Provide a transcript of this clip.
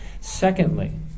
Secondly